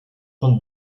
von